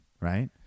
Right